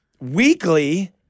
weekly